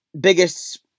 biggest